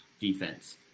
defense